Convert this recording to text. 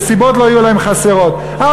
וסיבות לא יהיו חסרות להם,